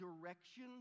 direction